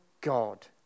God